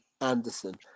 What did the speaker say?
Anderson